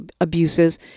abuses